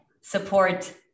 support